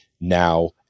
now